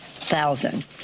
thousand